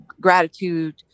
gratitude